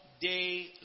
day